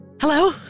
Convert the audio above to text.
Hello